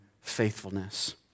faithfulness